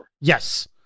Yes